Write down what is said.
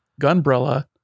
gunbrella